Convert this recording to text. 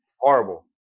Horrible